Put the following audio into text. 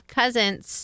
cousins